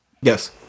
Yes